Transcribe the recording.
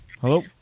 Hello